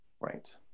Right